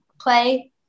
play